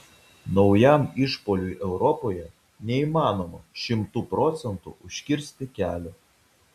naujam išpuoliui europoje neįmanoma šimtu procentų užkirsti kelio